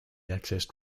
accessed